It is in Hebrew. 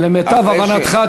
למיטב הבנתך,